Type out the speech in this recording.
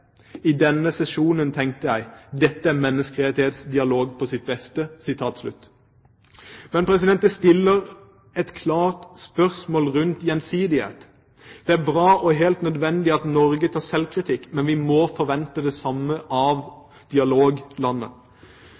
I denne sesjonen tenkte jeg: Dette er menneskerettighetsdialog på sitt beste!» Da kan det stilles et klart spørsmål om gjensidighet. Det er bra og helt nødvendig at Norge tar selvkritikk, men vi må forvente det samme av